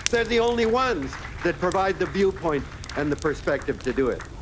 they are the only ones that provide the viewpoint and the perspective to do it.